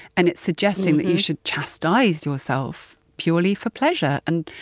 and it's suggesting that you should chastise yourself purely for pleasure. and,